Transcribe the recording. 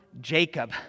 Jacob